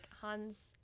Hans